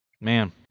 man